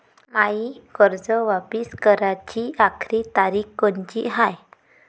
मायी कर्ज वापिस कराची आखरी तारीख कोनची हाय?